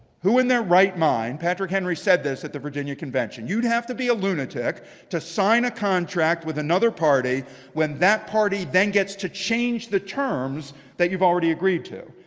who in their right mind, patrick henry said this at the virginia convention, you'd have to be a lunatic to sign a contract with another party when that party then gets to change the terms that you've already agreed to.